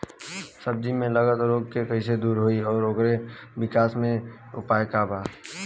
सब्जी में लगल रोग के कइसे दूर होयी और ओकरे विकास के उपाय का बा?